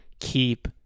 keep